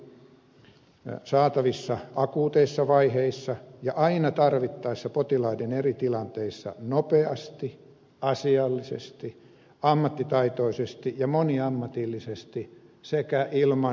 hoitoa oli saatavissa akuuteissa vaiheissa ja aina tarvittaessa potilaiden eri tilanteissa nopeasti asiallisesti ammattitaitoisesti ja moniammatillisesti sekä ilman jonotusta